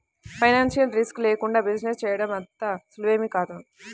financial risk లేకుండా business చేయడం అంత సులువేమీ కాదు